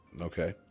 Okay